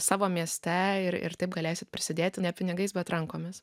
savo mieste ir ir taip galėsite prisidėti ne pinigais bet rankomis